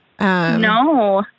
No